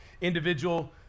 individual